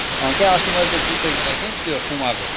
अँ क्या अस्ति मैले जुत्ता किनेको थिएँ नि त्यो पुमाको